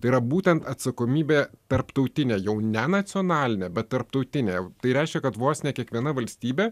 tai yra būtent atsakomybė tarptautinė jau ne nacionalinė bet tarptautinė tai reiškia kad vos ne kiekviena valstybė